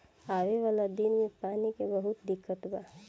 आवे वाला दिन मे पानी के बहुते दिक्कत बा